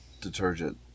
detergent